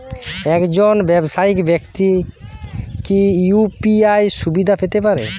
একজন ব্যাবসায়িক ব্যাক্তি কি ইউ.পি.আই সুবিধা পেতে পারে?